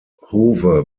howe